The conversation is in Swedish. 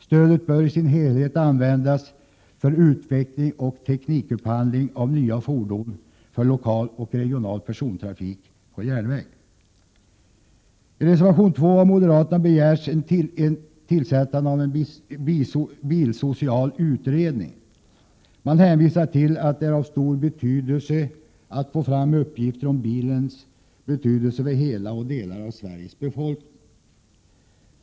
Stödet bör i sin helhet användas för utveckling och teknikupphandling av nya fordon för lokal och regional persontrafik på järnväg. I reservation 2 har moderaterna begärt tillsättande av en bilsocial utredning. De hänvisar till att det är av stor betydelse att få fram uppgifter om bilens betydelse för hela och delar av Sveriges befolkning.